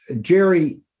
Jerry